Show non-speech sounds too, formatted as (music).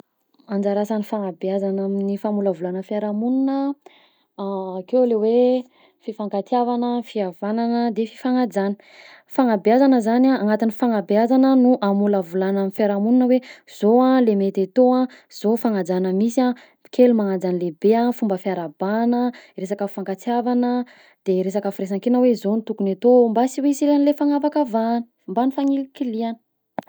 Anjara asan'ny fanabeazana amin'ny famolavolana fiarahamonina, (hesitation) akeo le hoe fifankatiavana, fihavanana de fifanajana, fanabeazana zany a, agnatin'ny fanabeazana no hamolavolana ny fiarahamonina hoe izao a le mety atao a, zao fagnajana misy a, kely magnaja ny lehibe a, fomba fiarahabana, resaka fifankatiavana de resaka firaisan-kina hoe zao no tokony atao mba sy ho hisy le anle fanakavahana mban'ny fanilikilihana.